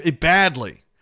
badly